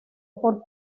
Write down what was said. por